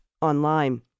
online